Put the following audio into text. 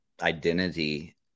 identity